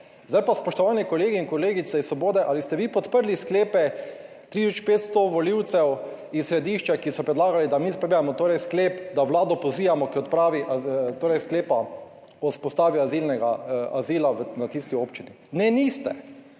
Zdaj pa, spoštovani kolegi in kolegice iz Svobode, ali ste vi podprli sklepe 3 tisoč 500 volivcev iz Središča, ki so predlagali, da mi sprejmemo torej sklep, da Vlado pozivamo k odpravi torej sklepa o vzpostavi azilnega azila v tisti občini? Ne, niste.